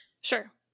sure